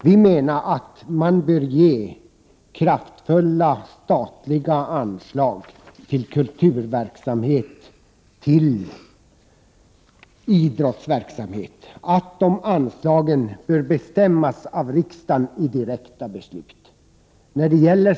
Vi menar att man bör ge kraftfulla statliga anslag till kulturverksamhet och till idrottsverksamhet och att de anslagen bör bestämmas av riksdagen i direkta beslut.